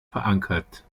verankert